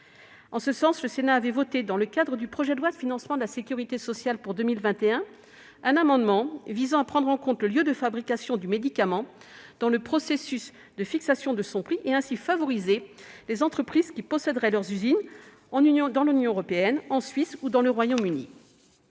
en ce sens, dans le cadre du projet de loi de financement de la sécurité sociale pour 2021, un amendement visant à prendre en compte le lieu de fabrication du médicament dans le processus de fixation de son prix, et, ainsi, à favoriser les entreprises dont les usines seraient situées dans l'Union européenne, en Suisse ou au Royaume-Uni.